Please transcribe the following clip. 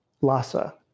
Lhasa